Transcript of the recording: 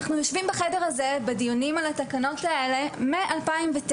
אנחנו יושבים בחדר הזה בדיונים על התקנות האלה מ-2009.